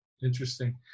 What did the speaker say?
Interesting